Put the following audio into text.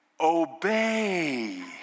obey